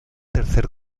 tercer